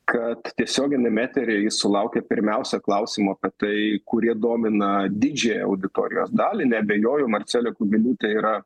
kad tiesioginiame eteryje sulaukė pirmiausia klausimo apie tai kurie domina didžiąją auditorijos dalį neabejoju marcelė kubiliūtė yra